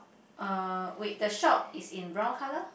uh wait the shop is in brown colour